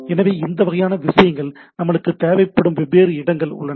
எனவே இந்த வகையான விஷயங்கள் நமக்குத் தேவைப்படும் வெவ்வேறு இடங்கள் உள்ளன